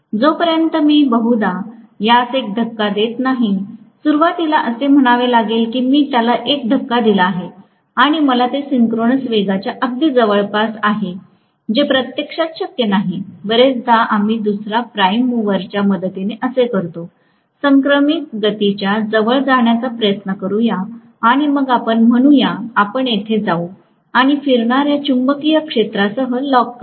जोपर्यंत मी बहुधा यास एक धक्का देत नाही सुरुवातीला असे म्हणावे लागेल की मी त्याला एक धक्का दिला आहे आणि मला ते सिंक्रोनस वेगाच्या अगदी जवळपस आहे जे प्रत्यक्षात शक्य नाही बरेचदा आम्ही दुसर्या प्राइम मूवरच्या मदतीने असे करतो समक्रमित गतीच्या जवळ जाण्याचा प्रयत्न करूया आणि मग आपण म्हणूया आपण येथे जाउ आणि फिरणाऱ्या चुंबकीय क्षेत्रासह लॉक करु